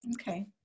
Okay